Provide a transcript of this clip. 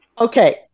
Okay